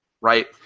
Right